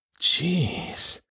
Jeez